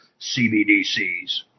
CBDCs